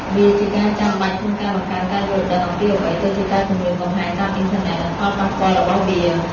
វាជាការចាំបាច់ក្នុងការ បង្កើនការយល់ដឹង អំពីអ្វីទៅជាការគំរាមកំហែងតាមអ៊ីនធឺណិត និងផលប៉ះពាល់របស់វា។